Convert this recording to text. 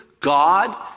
God